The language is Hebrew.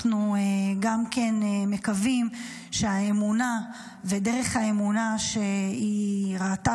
אנחנו גם כן מקווים שהאמונה ודרך האמונה שהיא ראתה